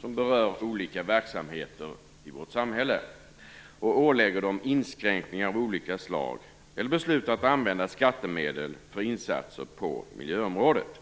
som berör olika verksamheter i vårt samhälle och ålägger dem inskränkningar av olika slag eller beslutar att använda skattemedel för insatser på miljöområdet.